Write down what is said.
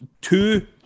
two